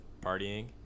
partying